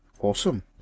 Awesome